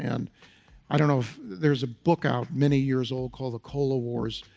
and i don't know if there's a book out many years old called the cola wars.